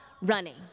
running